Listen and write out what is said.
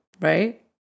right